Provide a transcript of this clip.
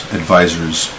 advisors